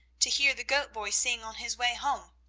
to hear the goat-boy sing on his way home.